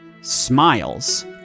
smiles